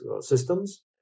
systems